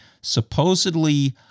supposedly